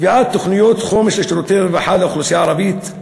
קביעת תוכניות חומש לשירותי הרווחה לאוכלוסייה הערבית,